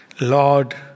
Lord